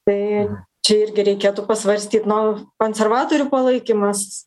tai čia irgi reikėtų pasvarstyt no konservatorių palaikymas